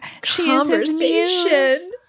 conversation